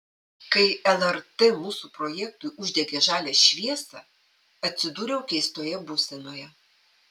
kai lrt mūsų projektui uždegė žalią šviesą atsidūriau keistoje būsenoje